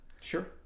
Sure